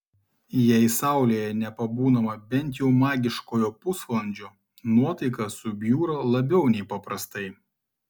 jei saulėje nepabūnama bent jau magiškojo pusvalandžio nuotaika subjūra labiau nei paprastai